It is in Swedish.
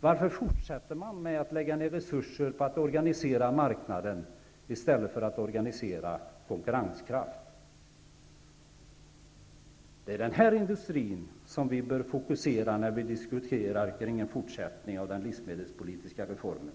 Varför fortsätter man att läga ned resurser på att organisera marknaden i stället för att organisera konkurrenskraft? Det är livsmedelsindustrin som vi bör fokusera oss på när vi diskuterar en fortsättning av den livsmedelspolitiska reformen.